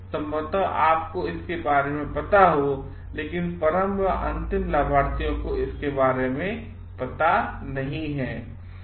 संभवतः आपको इसके बारे में पता हो लेकिन परम अथवा अंतिम लाभार्थियों को इसके बारे में पता नहीं है